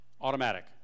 automatic